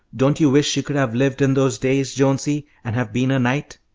don't you wish you could have lived in those days, jonesy, and have been a knight?